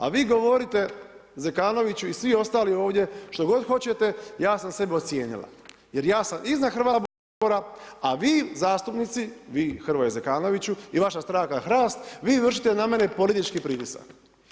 A vi govorite Zekanoviću i svi ostali ovdje što god hoćete, ja sam sebe ocijenila jer ja sam iznad Hrvatskog sabora a vi zastupnici, vi Hrvoje Zekanoviću i vaša stranka HRAST, vi vršite na mene politički pritisak.